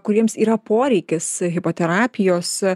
kuriems yra poreikis hipoterapijos